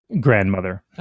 grandmother